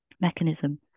mechanism